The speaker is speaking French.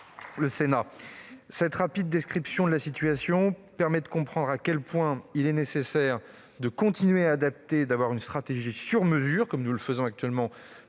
prochain. Cette rapide description de la situation permet de comprendre à quel point il est nécessaire de continuer à adapter une stratégie sur-mesure, comme nous le faisons pour la